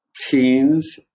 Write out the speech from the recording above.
teens